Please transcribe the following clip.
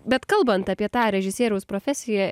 bet kalbant apie tą režisieriaus profesiją